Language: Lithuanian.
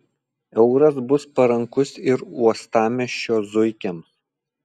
euras bus parankus ir uostamiesčio zuikiams